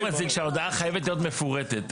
זה מצדיק שההודעה חייבת להיות מפורטת.